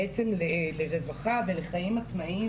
בעצם לרווחה ולחיים עצמאיים